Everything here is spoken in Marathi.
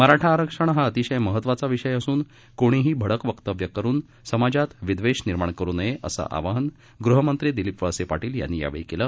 मराठा आरक्षण हा अतिशय महत्त्वाचा विषय असून कोणीही भडक वक्तव्यं करून समाजात विद्वेष निर्माण करू नये असं आवाहन गृहमंत्री दिलीप वळसे पाटील यांनी यावेळी केलं